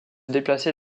déplacer